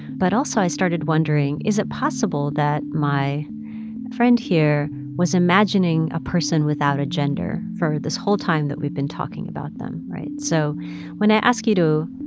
but also i started wondering, is it possible that my friend here was imagining a person without a gender for this whole time that we've been talking about them, right? so when i ask you to,